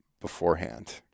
beforehand